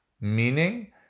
meaning